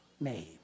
made